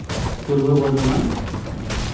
Purba Bardhaman